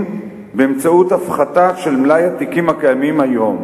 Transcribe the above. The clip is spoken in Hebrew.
באמצעות הפחתה של מלאי התיקים הקיימים היום.